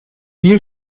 viel